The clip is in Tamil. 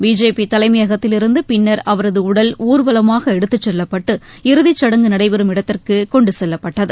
பிஜேபி தலைமையகத்திலிருந்து பின்னர் அவரது உடல் ஊர்வலமாக எடுத்துச் செல்லப்பட்டு இறுதிச் சுடங்கு நடைபெறும் இடத்திற்கு கொண்டு செல்லப்பட்டது